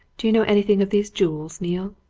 do you know anything of these jewels, neale?